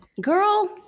Girl